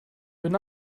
would